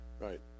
Right